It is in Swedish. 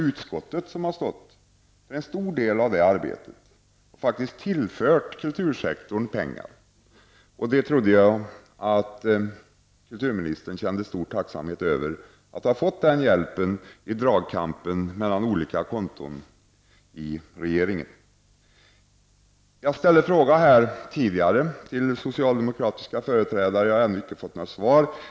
Utskottet har faktiskt tillfört kultursektorn pengar. Jag trodde att kulturministern kände stor tacksamhet över att ha fått denna hjälp i dragkampen mellan olika konton i regeringen. Jag ställde tidigare frågor till de socialdemokratiska företrädarna. Jag har ännu inte fått några svar.